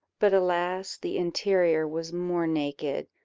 but, alas! the interior was more naked,